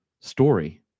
story